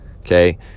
Okay